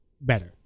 better